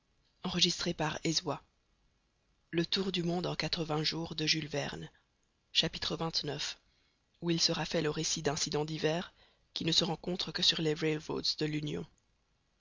xxix où il sera fait le récit d'incidents divers qui ne se rencontrent que sur les rail roads de l'union